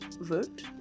vote